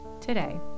Today